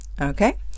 okay